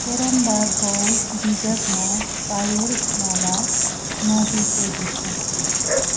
पेराम्बा गाउँ विगतमा पायोरमाला नाडुको हिस्सा थियो